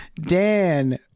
Dan